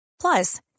Plus